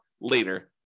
later